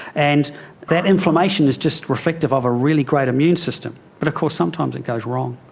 and that inflammation is just reflective of a really great immune system, but of course sometimes it goes wrong.